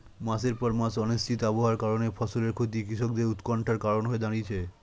মাসের পর মাস অনিশ্চিত আবহাওয়ার কারণে ফসলের ক্ষতি কৃষকদের উৎকন্ঠার কারণ হয়ে দাঁড়িয়েছে